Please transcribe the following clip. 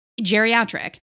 geriatric